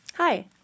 Hi